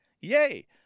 Yay